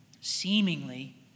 seemingly